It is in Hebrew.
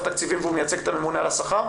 תקציבים והוא מייצג את הממונה על השכר?